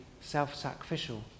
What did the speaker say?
self-sacrificial